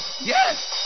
yes